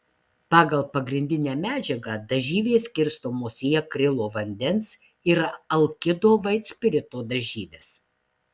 pagal pagrindinę medžiagą dažyvės skirstomos į akrilo vandens ir alkido vaitspirito dažyves